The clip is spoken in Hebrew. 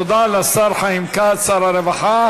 תודה רבה לשר חיים כץ, שר הרווחה.